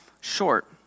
short